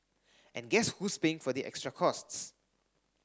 and guess who's paying for the extra costs